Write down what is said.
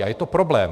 A je to problém.